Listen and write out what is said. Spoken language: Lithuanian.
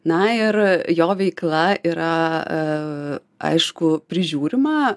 na ir jo veikla yra a aišku prižiūrima